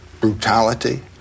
brutality